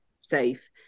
safe